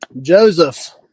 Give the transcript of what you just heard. Joseph